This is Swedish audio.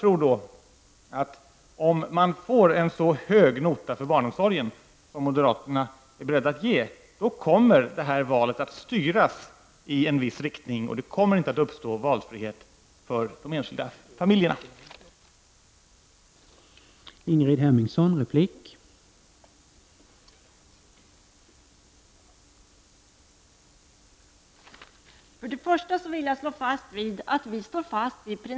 Om man får en så hög nota för barnomsorgen som moderatena är beredda att ge, då kommer valet att styras i en viss rikting och det blir inte valfrihet för de enskilda familjerna.